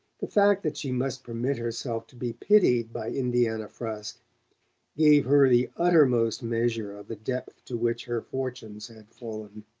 the fact that she must permit herself to be pitied by indiana frusk gave her the uttermost measure of the depth to which her fortunes had fallen.